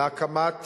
להקמת